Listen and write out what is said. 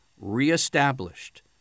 reestablished